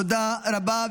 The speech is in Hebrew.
תודה רבה.